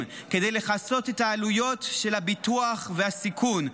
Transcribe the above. כדי לכסות את העלויות של הביטוח והסיכון,